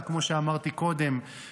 כמו שאמרתי קודם,